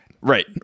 Right